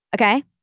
Okay